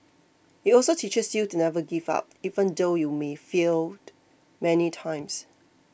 it also teaches you to never give up even though you may fail many times